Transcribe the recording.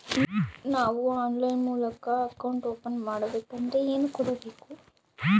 ನಾವು ಆನ್ಲೈನ್ ಮೂಲಕ account open ಮಾಡಬೇಂಕದ್ರ ಏನು ಕೊಡಬೇಕು?